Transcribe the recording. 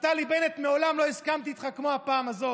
נפתלי בנט, מעולם לא הסכמתי איתך כמו בפעם הזאת,